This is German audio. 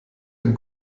dem